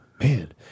man